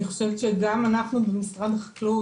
אני חושבת שגם אנחנו במשרד החקלאות,